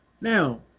Now